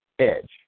edge